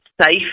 safe